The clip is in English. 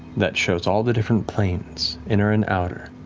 that shows all the different planes, inner and outer,